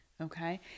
okay